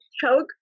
choke